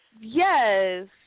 yes